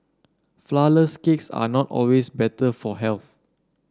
flourless cakes are not always better for health